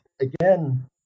again